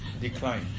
decline